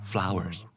Flowers